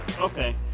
Okay